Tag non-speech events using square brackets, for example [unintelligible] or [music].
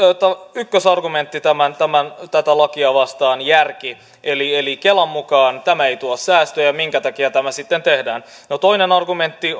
ykkösargumentti tätä lakia vastaan on järki eli eli kelan mukaan tämä ei tuo säästöjä minkä takia tämä sitten tehdään toinen argumentti [unintelligible]